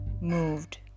moved